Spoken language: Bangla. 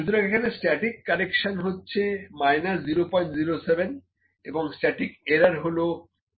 সুতরাং এখানে স্ট্যাটিক কারেকশন হচ্ছে মাইনাস 007এবং স্ট্যাটিক এরার হল প্লাস 007 V